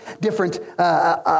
different